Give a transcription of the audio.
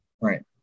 Right